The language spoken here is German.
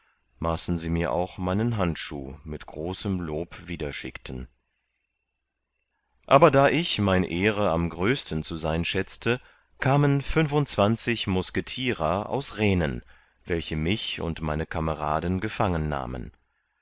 maßen sie mir auch meinen handschuh mit großem lob wieder schickten aber da ich mein ehre am größten zu sein schätzte kamen musketier aus rehnen welche mich und meine kameraden